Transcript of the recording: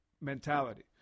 mentality